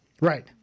Right